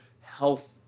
health